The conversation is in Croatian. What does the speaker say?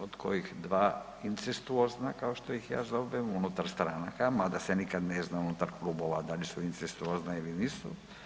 Od kojih incestuozna kao što ih ja zovem unutar stranaka, mada se nikad ne zna unutar klubova da li su incestuozna ili nisu.